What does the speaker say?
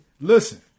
listen